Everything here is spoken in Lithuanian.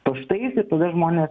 paštais ir tada žmonės